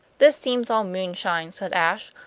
this seems all moonshine, said ashe,